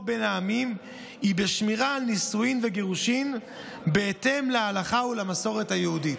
בין העמים היא בשמירה על נישואין וגירושין בהתאם להלכה ולמסורת היהודית.